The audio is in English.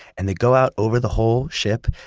and they go out over the whole ship,